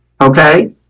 Okay